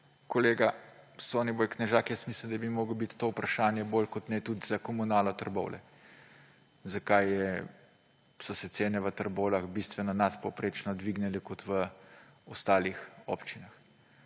Kolega Soniboj Knežak, mislim, da bi moralo biti to vprašanje bolj kot ne tudi za Komunalo Trbovlje, zakaj so se cene v Trbovljah bistveno nadpovprečno dvignile kot v ostalih občinah.